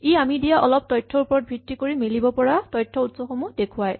ই আমি দিয়া অলপ তথ্যৰ ওপৰত ভিত্তি কৰি মিলিব পৰা তথ্যৰ উৎসসমূহ দেখুৱায়